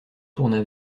tourna